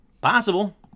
Possible